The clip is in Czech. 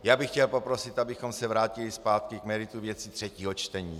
Já bych chtěl poprosit, abychom se vrátili zpátky k meritu věci třetího čtení.